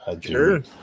Sure